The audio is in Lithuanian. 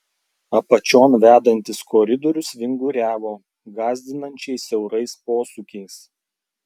apačion vedantis koridorius vinguriavo gąsdinančiai siaurais posūkiais